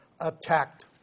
attacked